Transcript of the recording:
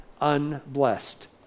unblessed